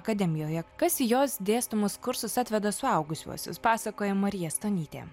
akademijoje kas į jos dėstomus kursus atveda suaugusiuosius pasakoja marija stonytė